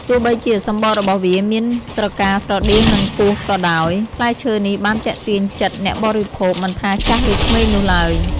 ទោះបីជាសម្បករបស់វាមានស្រកាស្រដៀងនឹងពស់ក៏ដោយ ផ្លែឈើនេះបានទាក់ទាញចិត្តអ្នកបរិភោគមិនថាចាស់ឬក្មេងនោះឡើយ។